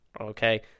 Okay